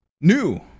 new